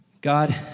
God